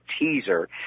teaser